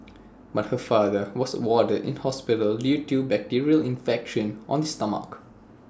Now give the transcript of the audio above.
but her father was warded in hospital due to bacterial infection of the stomach